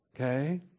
Okay